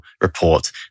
report